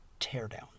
teardown